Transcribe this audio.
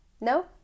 no